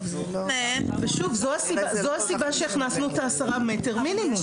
זו הסיבה שהכנסנו את ה-10 מטרים מינימום.